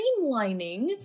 streamlining